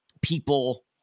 people